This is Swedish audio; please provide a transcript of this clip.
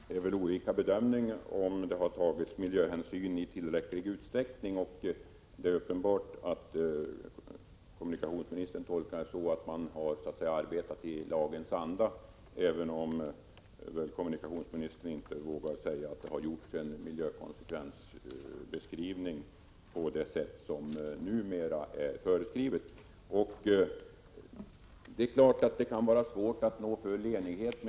Herr talman! Det råder olika uppfattningar om huruvida det har tagits miljöhänsyn i tillräckligt stor utsträckning. Uppenbart är att kommunikationsministern tolkar situationen så att man har arbetat i lagens anda, även om kommunikationsministern inte vågar säga att det har gjorts en miljökonsekvensbeskrivning på det sätt som numera är föreskrivet. Det är klart att det kan vara svårt att nå full enighet.